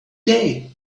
day